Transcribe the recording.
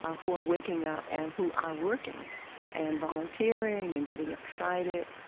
ah who are waking up and who are working and volunteering and getting excited.